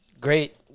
Great